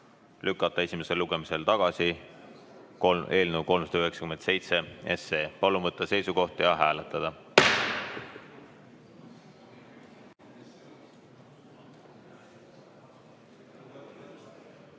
lükata esimesel lugemisel tagasi eelnõu 397. Palun võtta seisukoht ja hääletada!